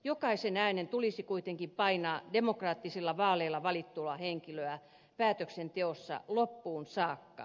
jokaisen äänen tulisi kuitenkin painaa demokraattisilla vaaleilla valittua henkilöä päätöksenteossa loppuun saakka